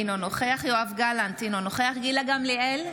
אינו נוכח יואב גלנט, אינו נוכח גילה גמליאל,